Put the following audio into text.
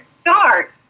start